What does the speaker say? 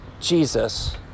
Jesus